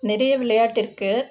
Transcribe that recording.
நிறைய விளையாட்டு இருக்குது